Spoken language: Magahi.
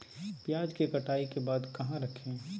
प्याज के कटाई के बाद कहा रखें?